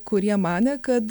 kurie manė kad